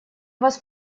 вас